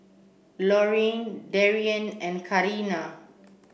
Lorine Darrien and Carina